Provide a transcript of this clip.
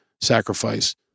sacrifice